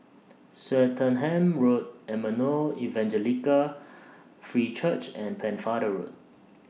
Swettenham Road Emmanuel Evangelical Free Church and Pennefather Road